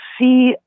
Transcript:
see